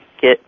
get